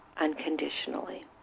unconditionally